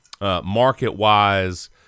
market-wise